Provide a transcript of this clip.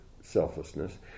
selflessness